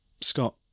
Scott